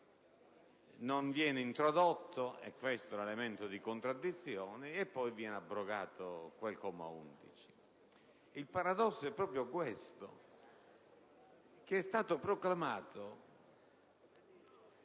non venisse introdotta - è questo l'elemento di contraddizione - e poi venisse abrogato quel comma 11. Il paradosso è proprio questo: è stato proclamato